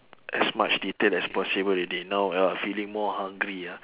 as much detail as possible already now we're feeling more hungry ah